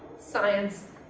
science,